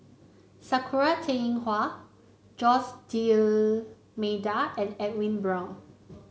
Sakura Teng Ying Hua Jose D'Almeida and Edwin Brown